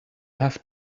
have